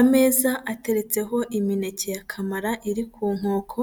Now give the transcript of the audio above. Ameza ateretseho imineke ya kamara iri ku nkoko,